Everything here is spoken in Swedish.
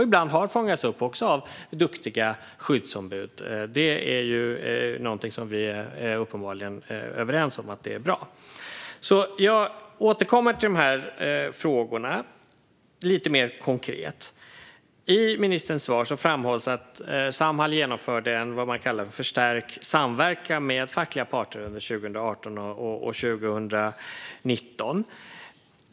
Ibland har den också fångats upp av duktiga skyddsombud, och det är något som vi uppenbarligen är överens om är bra. Jag återkommer till frågorna lite mer konkret. I ministerns svar framhålls att Samhall genomförde en vad man kallar förstärkt samverkan med fackliga parter under 2018 och 2019.